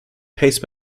pace